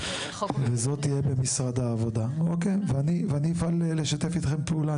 היחידה הזו תהיה במשרד העבודה ואני אפעל לשתף אתכם פעולה,